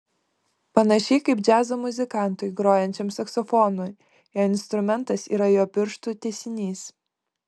panašiai kaip džiazo muzikantui grojančiam saksofonu jo instrumentas yra jo pirštų tęsinys